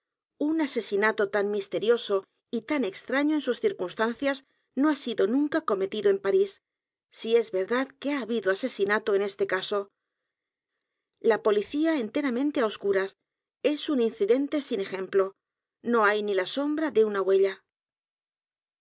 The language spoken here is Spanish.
un asesinato tan misterioso y tan extraño en sus circunstan g edgar poe novelas cuentos cias no ha sido nunca cometido en parís si es verdad que ha habido asesinato en este caso la policía enteramente á oscuras es un incidente sin ejemplo no hay ni la sombra de una huella